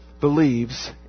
believes